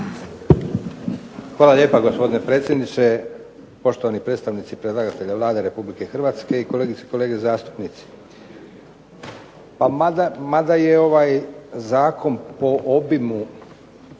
Hvala lijepa, gospodine predsjedniče. Poštovani predstavnici predlagatelja Vlade Republike Hrvatske i kolegice i kolege zastupnici. Mada je ovaj zakon po obimu